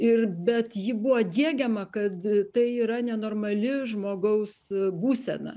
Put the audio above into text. ir bet ji buvo diegiama kad tai yra nenormali žmogaus būsena